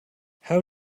how